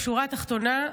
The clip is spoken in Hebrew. בשורה התחתונה,